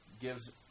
gives